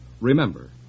Remember